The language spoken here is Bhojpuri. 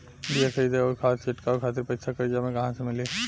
बीया खरीदे आउर खाद छिटवावे खातिर पईसा कर्जा मे कहाँसे मिली?